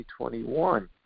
2021